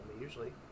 usually